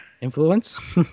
influence